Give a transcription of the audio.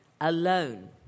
alone